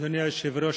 אדוני היושב-ראש,